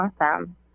Awesome